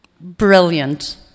Brilliant